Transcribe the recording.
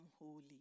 holy